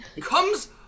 Comes